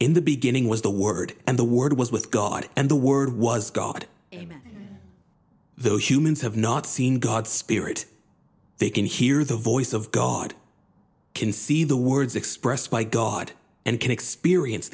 in the beginning was the word and the word was with god and the word was god those humans have not seen god spirit they can hear the voice of god can see the words expressed by god and can experience